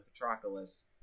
Patroclus